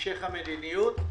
המשך המדיניות,